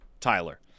Tyler